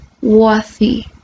worthy